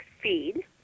feed